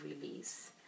release